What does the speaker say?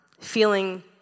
feeling